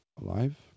alive